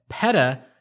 PETA